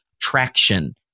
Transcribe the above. Traction